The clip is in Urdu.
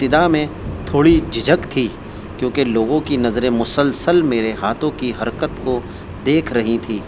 تدا میں تھوڑی جھجھک تھی کیونکہ لوگوں کی نظریں مسلسل میرے ہاتھوں کی حرکت کو دیکھ رہی تھی